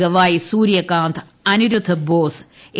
Gavai Suryakant Aniruddha Bose A